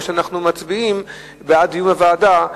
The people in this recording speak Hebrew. או שאנחנו מצביעים בעד דיון בוועדה,